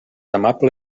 amable